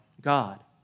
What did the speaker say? God